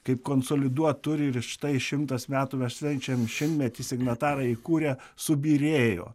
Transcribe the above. kaip konsoliduot turi ir štai šimtas metų mes švenčiam šimtmetį signatarai įkūrė subyrėjo